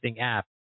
app